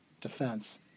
defense